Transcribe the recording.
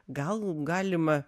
gal galima